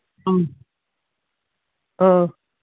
ꯎꯝ ꯑ